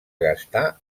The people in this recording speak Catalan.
gastar